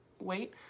wait